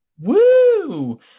Woo